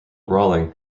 rowling